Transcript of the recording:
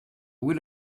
would